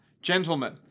Gentlemen